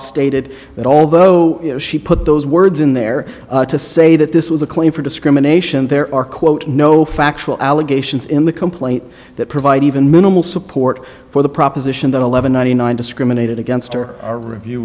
stated that although she put those words in there to say that this was a claim for discrimination there are quote no factual allegations in the complaint that provide even minimal support for the proposition that eleven ninety nine discriminated against or a review